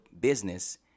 business